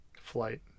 flight